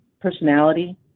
personality